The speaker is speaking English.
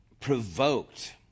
provoked